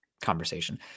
conversation